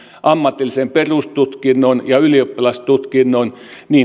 ammatillisen perustutkinnon ja ylioppilastutkinnon